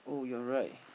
oh you are right